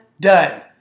done